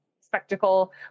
spectacle